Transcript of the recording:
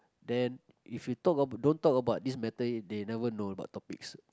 then if you talk ab~ don't talk about this matter they never know about topics